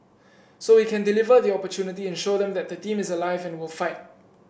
so we can deliver the opportunity and show them that the team is alive and will fight